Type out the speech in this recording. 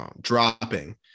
dropping